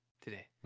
today